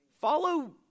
Follow